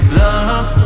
love